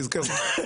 תזכרו.